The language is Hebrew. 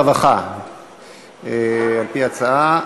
הרווחה והבריאות נתקבלה.